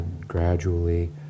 Gradually